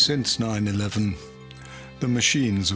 since nine eleven the machines